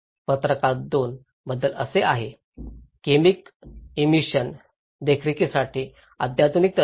पत्रकार 2 बद्दल कसे आहे "केमिक इमिशन देखरेखीसाठी अत्याधुनिक तंत्रज्ञान